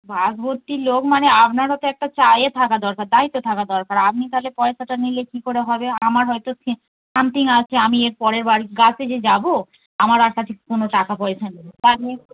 বাস ভর্তি লোক মানে আপনারও তো একটা ইয়ে থাকা দরকার দায়িত্ব থাকা দরকার আপনি তাহলে পয়সাটা নিলে কি করে হবে আমার হয়তো সামথিং আছে আমি এর পরেরবার গেছে যে যাবো আমার আর কাছে কোনো টাকা পয়সা নেই তহলে